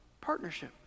partnership